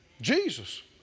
Jesus